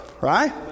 right